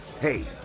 Hey